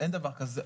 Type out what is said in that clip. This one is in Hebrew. אין דבר כזה,